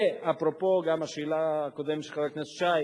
ואפרופו השאלה הקודמת של חבר הכנסת שי,